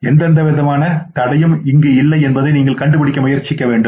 எனவே எந்தவித தடையும் இங்கு இல்லை என்பதை நீங்கள் கண்டுபிடிக்க முயற்சிக்க வேண்டும்